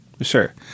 sure